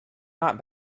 not